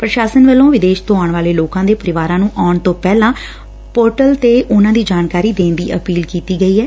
ਪ੍ਰਸ਼ਾਸਨ ਵੱਲੋ' ਵਿਦੇਸ਼ ਤੋ' ਆਉਣ ਵਾਲੇ ਲੋਕਾ ਦੇ ਪਰਿਵਾਰਾ ਨੂੰ ਆਉਣ ਤੋ' ਪਹਿਲਾਂ ਪੋਰਟਲ ਤੇ ਉਨਾਂ ਦੀ ਜਾਣਕਾਰੀ ਦੇਣ ਦੀ ਅਪੀਲ ਕੀਤੀ ਐ